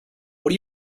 what